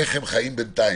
איך הם חיים בינתיים.